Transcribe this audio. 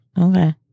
Okay